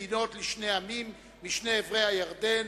של חבר הכנסת אריה אלדד: שתי מדינות לשני עמים משני עברי הירדן,